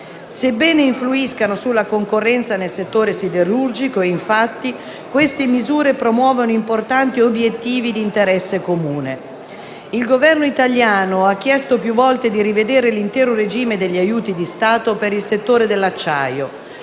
Sebbene influiscano sulla concorrenza nel settore siderurgico, infatti, queste misure promuovono importanti obiettivi di interesse comune. Il Governo italiano ha chiesto più volte di rivedere l'intero regime degli aiuti di Stato per il settore dell'acciaio.